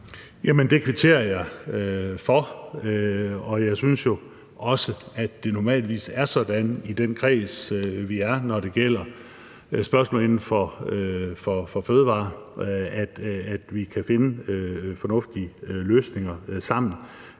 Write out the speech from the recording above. Det kvitterer jeg for, og jeg synes jo også, at det normalvis er sådan i den kreds, vi er, når det gælder spørgsmål inden for fødevareområdet, at vi kan finde fornuftige løsninger sammen.